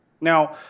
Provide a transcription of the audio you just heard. Now